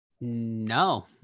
no